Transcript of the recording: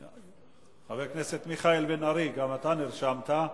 חבר הכנסת מיכאל בן-ארי, גם אתה נרשמת.